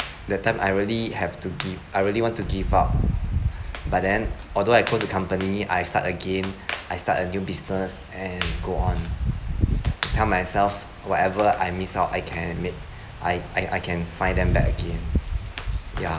that time I really have to give I really want to give up but then although I close the company I start again I start a new business and go on tell myself whatever I miss out I can mak~ I I I can find them back again ya